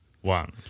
one